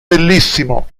bellissimo